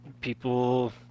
people